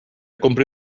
compri